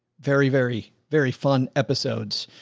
very, very, very fun episodes.